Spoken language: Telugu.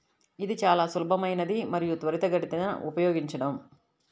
ఇది చాలా సులభమైనది మరియు త్వరితగతిన ఉపయోగించడం